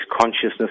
consciousness